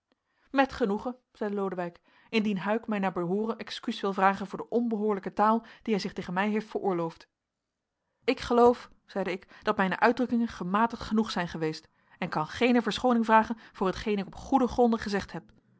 met genoegen zeide lodewijk indien huyck mij naar behooren excuus wil vragen voor de onbehoorlijke taal die hij zich tegen mij heeft veroorloofd ik geloof zeide ik dat mijne uitdrukkingen gematigd genoeg zijn geweest en kan geene verschooning vragen voor hetgeen ik op goede gronden gezegd heb